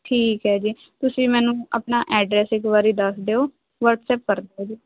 ਠੀਕ ਹੈ ਜੀ ਤੁਸੀਂ ਮੈਨੂੰ ਆਪਣਾ ਐਡਰੈਸ ਇੱਕ ਵਾਰੀ ਦੱਸ ਦਿਓ ਵੱਟਸਐਪ ਕਰ ਦਿਓ ਜੀ